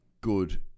good